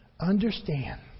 Understand